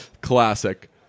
Classic